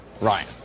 Ryan